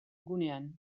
gunean